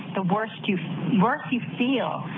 the worse you worse you feel.